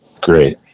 Great